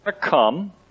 come